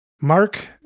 Mark